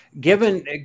Given